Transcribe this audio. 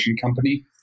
company